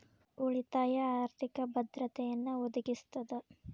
ಉಳಿತಾಯ ಆರ್ಥಿಕ ಭದ್ರತೆಯನ್ನ ಒದಗಿಸ್ತದ